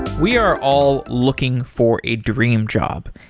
we are all looking for a dream job.